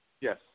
Yes